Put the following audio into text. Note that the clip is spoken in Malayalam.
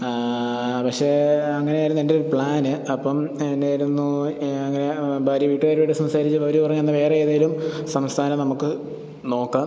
പക്ഷേ അങ്ങനെയായിരുന്നു എൻ്റെ ഒരു പ്ലാന് അപ്പം എന്നായിരുന്നു അങ്ങനെ ഭാര്യ വീട്ടുകാരുവായിട്ട് സംസാരിച്ചപ്പോൾ അവര് പറഞ്ഞത് എന്നാ വേറെ ഏതേലും സംസ്ഥാനം നമുക്ക് നോക്കാം